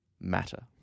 matter